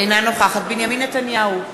אינה נוכחת בנימין נתניהו,